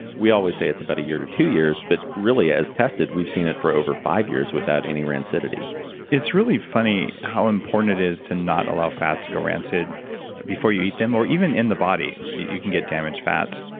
we always say it's about a year to two years, but really, as tested, we've seen it for over five years without any rancidity it's really funny how important it is to not allow fats to go rancid before you eat them or even in the body, you can get damaged fats.